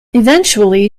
eventually